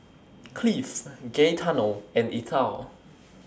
Cleve Gaetano and Ethyl